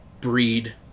breed